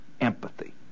empathy